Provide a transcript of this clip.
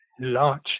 large